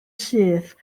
syth